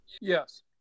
Yes